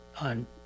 on